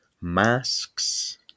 masks